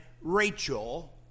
Rachel